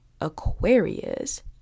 Aquarius